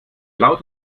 laut